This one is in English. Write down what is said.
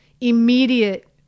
immediate